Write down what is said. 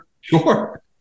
Sure